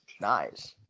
nice